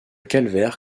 calvaire